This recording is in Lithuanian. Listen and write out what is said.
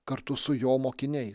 kartu su jo mokiniais